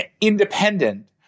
independent